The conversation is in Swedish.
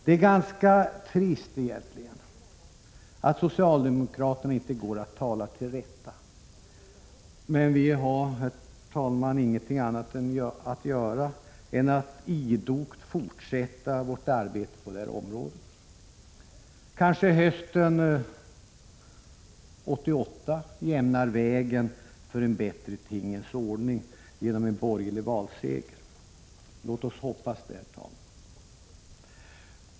Det är egentligen ganska trist att socialdemokraterna inte går att tala till rätta, men vi har, herr talman, ingenting annat att göra än att idogt fortsätta vårt arbete på det här området. Kanske hösten 1988 jämnar vägen för en bättre tingens ordning genom en borgerlig valseger. Låt oss hoppas det, herr talman!